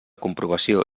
comprovació